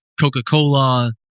Coca-Cola